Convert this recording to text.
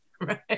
Right